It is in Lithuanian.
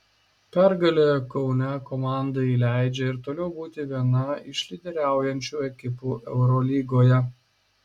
pergalė kaune komandai leidžia ir toliau būti viena iš lyderiaujančių ekipų eurolygoje